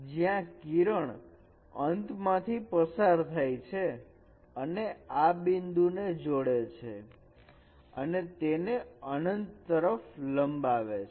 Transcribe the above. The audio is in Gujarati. જ્યાં કિરણ અંત માંથી પસાર થાય છે અને આ બિંદુ ને જોડે છે અને તેને અનંત તરફ લંબાવે છે